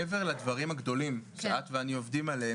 מעבר לדברים הגדולים שאת ואני עובדים עליהם,